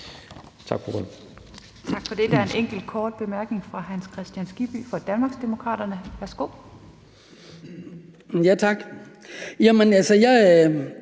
Tak for det. Der er en enkelt kort bemærkning fra hr. Hans Kristian Skibby fra Danmarksdemokraterne. Værsgo. Kl. 10:53 Hans Kristian